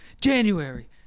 January